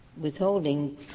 withholding